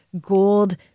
gold